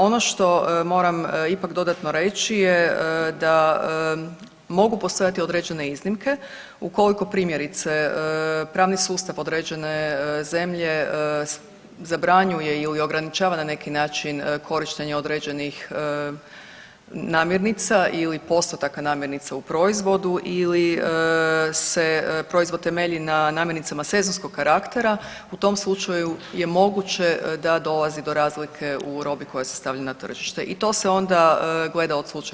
Ono što moram ipak dodatno reći je da mogu postojati određene iznimke ukoliko primjerice pravni sustav određene zemlje zabranjuje ili ograničava na neki način korištenje određenih namirnica ili postotak namirnica u proizvodu ili se proizvod temelji na namirnicama sezonskog karaktera, u tom slučaju je moguće da dolazi do razlike u robi koja se stavlja na tržište i to se onda gleda od slučaja do slučaja.